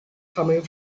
coming